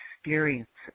experiences